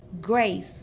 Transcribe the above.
grace